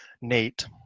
nate